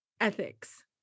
ethics